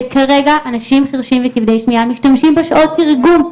וכרגע אנשים חרשים וכבדי שמיעה משתמשים בשעות תרגום,